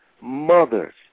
mothers